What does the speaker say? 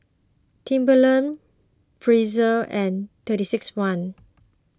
Timberland Breezer and thirty six one